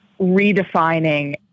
redefining